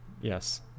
yes